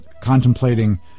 contemplating